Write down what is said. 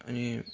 अनि